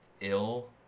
ill